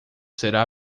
será